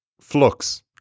Flux